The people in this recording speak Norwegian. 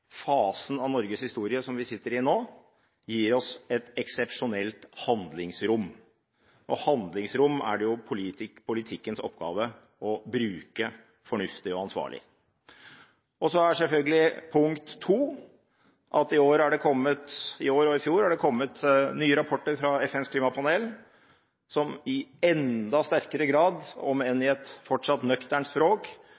fasen av Norges historie som vi er i nå, gir oss et eksepsjonelt handlingsrom, og handlingsrom er det politikkens oppgave å bruke fornuftig og ansvarlig. Det andre punktet er selvfølgelig at i år og i fjor er det kommet nye rapporter fra FNs klimapanel, som i enda sterkere grad, om enn